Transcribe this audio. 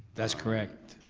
that's correct,